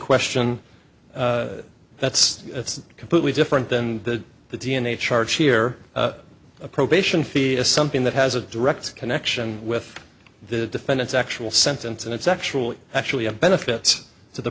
question that's completely different than the the d n a charge here a probation fee is something that has a direct connection with the defendant's actual sentence and it's actually actually a benefit to the